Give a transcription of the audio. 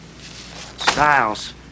Styles